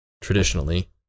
traditionally